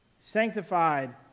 sanctified